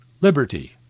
liberty